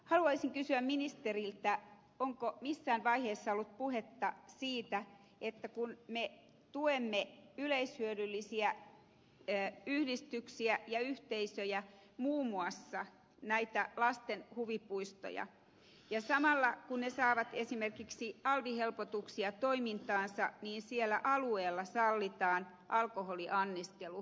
haluaisin kysyä ministeriltä onko missään vaiheessa ollut puhetta siitä että kun me tuemme yleishyödyllisiä yhdistyksiä ja yhteisöjä muun muassa näitä lasten huvipuistoja ja ne saavat esimerkiksi alvin helpotuksia toimintaansa niin siellä alueella sallitaan alkoholianniskelu